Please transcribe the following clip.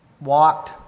walked